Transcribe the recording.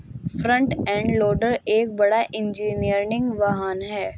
front end loader एक बड़ा engineering वाहन है